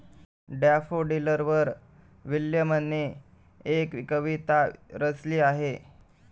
डॅफोडिलवर विल्यमने एक कविता रचली आहे